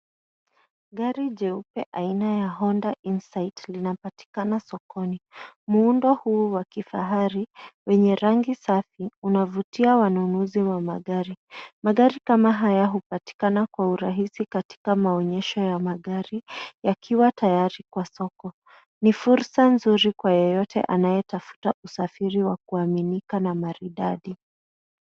Gari jeupe aina ya Toyota Insight linapatikana sokoni. Muundo huu wa kifahari wenye rangi safi unavutia wanunuzi wa magari. Magari kama haya hupatikana kwa urahisi katika maonyesho ya magari yakiwa tayari kwa soko. Ni fursa nzuri kwa yeyote anayetafuta usafiri wa kuaminika na maridadi.